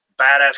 badass